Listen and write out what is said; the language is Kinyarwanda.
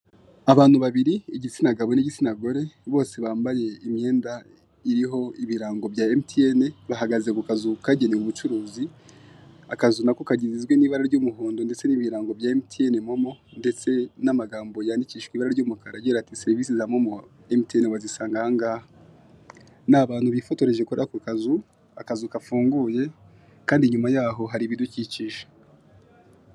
Abantu babiri igitsina gabo n'igitsina gore bose bambaye imyenda iriho ibirango bya MTN bahagaze ku kazu kagenewe ubucuruzi akazu nako kagizwe n'ibara ry'umuhondo ndetse n'ibirango bya MTN momo ndetse n'amagambo yandikishijwe ibara ry'umukara agira ati serivise za momo MTN wazisanga aha ngaha ni abantu bifotoreje kuri ako kazu akazu gafunguye kandi inyuma yaho hari ibi dukikije.